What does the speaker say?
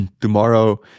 tomorrow